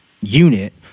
unit